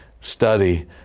study